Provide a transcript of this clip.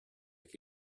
che